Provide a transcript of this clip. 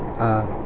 ah